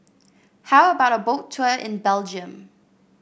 how about a Boat Tour in Belgium